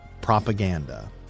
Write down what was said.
propaganda